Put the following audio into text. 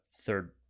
Third